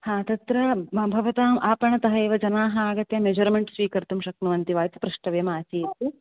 आम् तत्र भवताम् आपणतः एव जनाः आगत्य मेषर्मेण्ट् स्वीकर्तुं शक्नुवन्ति वा इति प्रष्टव्यमासीत्